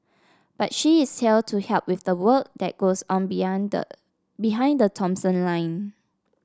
but she is here to help with the work that goes on beyond the behind the Thomson line